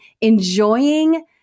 enjoying